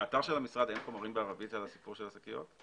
באתר של המשרד אין חומרים בערבית על הסיפור של השקיות?